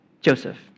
Joseph